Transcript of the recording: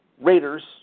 Raiders